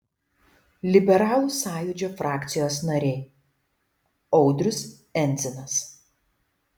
liberalų sąjūdžio frakcijos nariai audrius endzinas